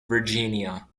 virginia